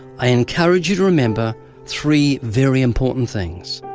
i encourage you to remember three very important things.